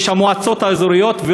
שבמועצות האזוריות,